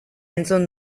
entzun